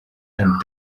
and